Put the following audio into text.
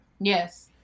Yes